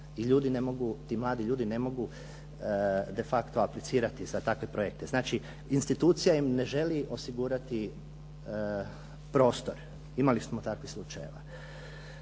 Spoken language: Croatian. i mladi ljudi ne mogu defacto aplicirati za takve projekte. Znači institucija im ne želi osigurati prostor. Imali smo takvih slučajeva.